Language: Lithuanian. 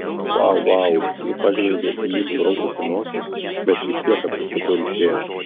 vau vau ji pažvelgė į jį suraukusi nosį bet vis tiek apsisuko ir išėjo